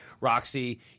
Roxy